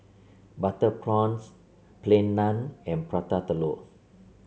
Butter Prawns Plain Naan and Prata Telur